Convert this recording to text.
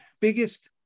biggest